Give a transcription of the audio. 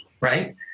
right